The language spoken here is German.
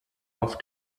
auf